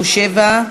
57)